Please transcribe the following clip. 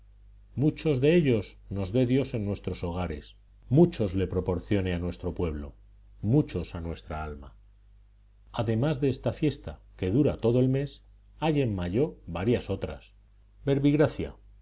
muchos de ellos nos dé dios en nuestros hogares muchos le proporcione a nuestro pueblo muchos a nuestra alma además de esta fiesta que dura todo el mes hay en mayo varias otras verbigracia el